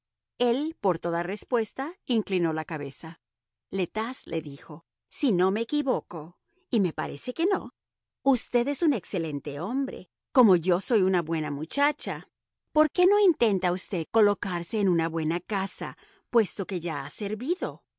el por toda respuesta inclinó la cabeza le tas le dijo si no me equivoco y me parece que no usted es un excelente hombre como yo soy una buena muchacha por qué no intenta usted colocarse en una buena casa puesto que ya ha servido